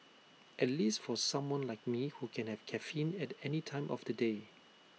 at least for someone like me who can have caffeine at any time of the day